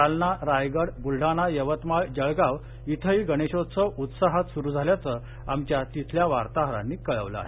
जालना रायगड बुलडाणा यवतमाळ जळगाव इथेही गणेशोत्सव उत्साहात सुरू झाल्याचं आमच्या तिथल्या वार्ताहरांनी कळवलं आहे